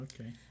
okay